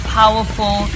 powerful